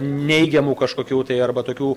neigiamų kažkokių tai arba tokių